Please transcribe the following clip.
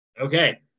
Okay